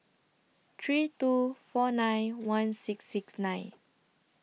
three two four nine one six six nine